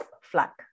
flack